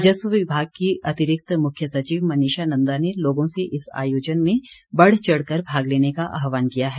राजस्व विभाग की अतिरिक्त मुख्य सचिव मनीषा नंदा ने लोगों से इस आयोजन में बढ़चढ़ कर भाग लेने का आह्वान किया है